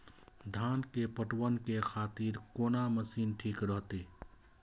धान के पटवन के खातिर कोन मशीन ठीक रहते?